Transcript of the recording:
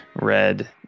Red